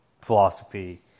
philosophy